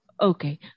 Okay